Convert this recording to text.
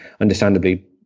understandably